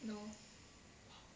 no